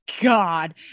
God